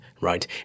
right